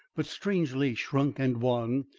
but strangely shrunk and wan,